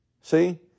See